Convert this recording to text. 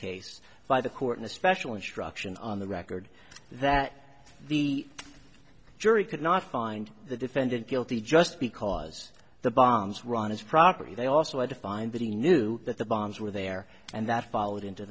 case by the court in a special instruction on the record that the jury could not find the defendant guilty just because the bombs were on his property they also had to find that he knew that the bombs were there and that followed into